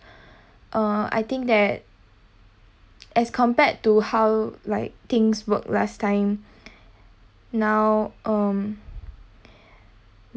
uh I think that as compared to how like things work last time now um